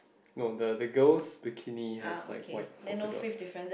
no the the girl's bikini has like white polka dots